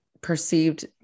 perceived